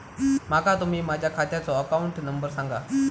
माका तुम्ही माझ्या खात्याचो अकाउंट नंबर सांगा?